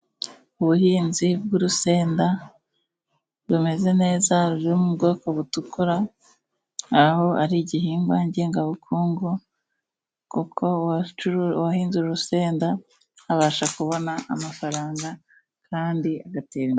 Ubuhinzi bw'urusenda bumeze neza, buri mu bwoko butukura, aho ari igihingwa ngengabukungu, kuko uwacu wahinze urusenda, abasha kubona amafaranga, kandi agateda.